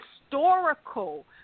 historical